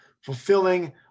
fulfilling